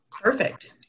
Perfect